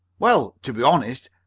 well, to be honest,